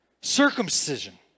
Circumcision